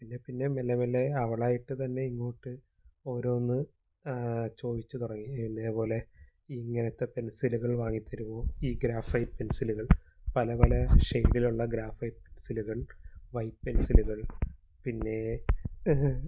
പിന്നെ പിന്നെ മെല്ലെ മെല്ലെ അവളായിട്ട് തന്നെ ഇങ്ങോട്ട് ഓരോന്ന് ചോദിച്ച് തുടങ്ങി എന്നേപോലെ ഇങ്ങനെത്തെ പെൻസിലുകൾ വാങ്ങിത്തരുമോ ഈ ഗ്രാഫൈറ്റ് പെൻസില്കൾ പലപല ഷെയ്ഡിലുള്ള ഗ്രാഫൈറ്റ് പെൻസില്കൾ വൈറ്റ് പെൻസില്കൾ പിന്നെ